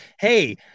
Hey